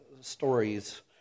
stories